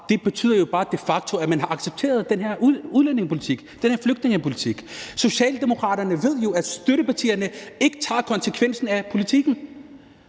jo de facto betyder, at man har accepteret den her udlændingepolitik, den her flygtningepolitik? Socialdemokraterne ved jo, at støttepartierne ikke tager konsekvensen af politikken,